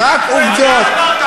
אתה קשקשן.